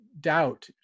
doubt